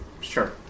Sure